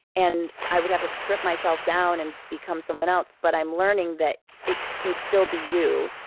and i would have to strip myself down and become someone else. but i'm learning that it can still be you,